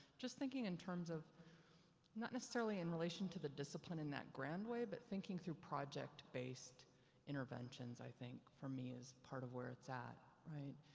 just thinking in terms of not necessarily in relation to the discipline in that grand way, but thinking through project-based interventions i think, for me, is part of where it's at, right.